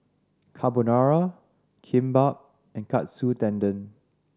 Carbonara Kimbap and Katsu Tendon